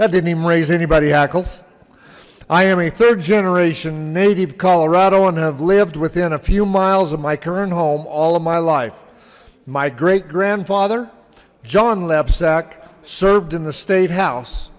that didn't even raise anybody hackles i am a third generation native colorado and have lived within a few miles of my current home all of my life my great grandfather john lab sac served in the state house